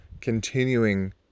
continuing